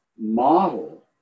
model